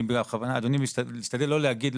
אני משתדל לא להגיד,